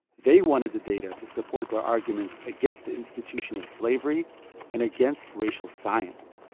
they wanted the data to support their arguments against the institution of slavery and against racial science.